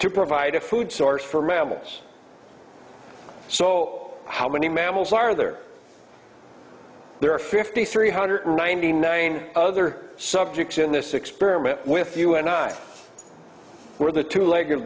to provide a food source for mammals so how many mammals are there there are fifty three hundred ninety nine other subjects in this experiment with you and i were the two l